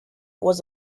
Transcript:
was